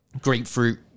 grapefruit